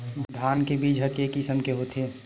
धान के बीजा ह के किसम के होथे?